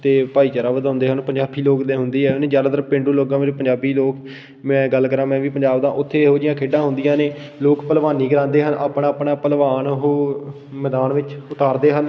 ਅਤੇ ਭਾਈਚਾਰਾ ਵਧਾਉਂਦੇ ਹਨ ਪੰਜਾਬੀ ਲੋਕ ਤਾਂ ਹੁੰਦੇ ਆ ਜ਼ਿਆਦਾਤਰ ਪੇਂਡੂ ਲੋਕਾਂ ਵਿੱਚ ਪੰਜਾਬੀ ਲੋਕ ਮੈਂ ਗੱਲ ਕਰਾਂ ਮੈਂ ਵੀ ਪੰਜਾਬ ਦਾ ਉੱਥੇ ਇਹੋ ਜਿਹੀਆਂ ਖੇਡਾਂ ਹੁੰਦੀਆਂ ਨੇ ਲੋਕ ਭਲਵਾਨੀ ਕਰਾਉਂਦੇ ਹਨ ਆਪਣਾ ਆਪਣਾ ਭਲਵਾਨ ਉਹ ਮੈਦਾਨ ਵਿੱਚ ਉਤਾਰਦੇ ਹਨ